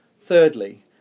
Thirdly